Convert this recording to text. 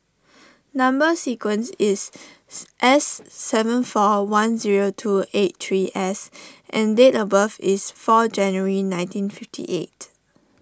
Number Sequence is S seven four one zero two eight three S and date of birth is four January nineteen fifty eight